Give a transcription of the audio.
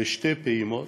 בשתי פעימות.